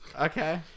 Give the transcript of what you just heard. Okay